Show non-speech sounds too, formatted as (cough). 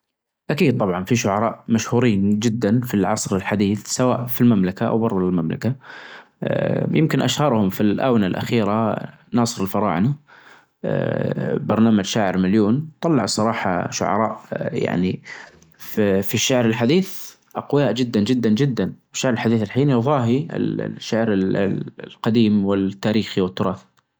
بشوف أن الرياضة اللى بتتطلب أكثر قوة بدنية في ال-في هذه ال-الحياة رياضة الر-الركض وخاصة المسافات القصيرة مائة متر وكدا، لأنها تتطلب منك أنك تبذل كل مجهودك في فترة زمنية صغيرة، يعنى أنت معاك مية متر يتربحها أو تخسرها، خلاف مثلا (hesitation) السباقات الطويلة اللي هى ألفين متر أو حاچة عندك فرصة تعوض لكن هذى خلاص تك تك على طول.